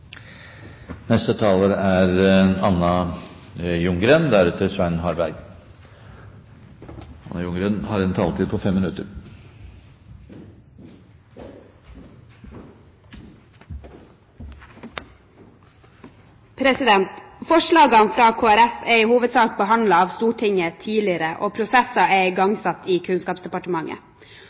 Forslagene fra Kristelig Folkeparti er i hovedsak behandlet av Stortinget tidligere, og prosesser er igangsatt i Kunnskapsdepartementet.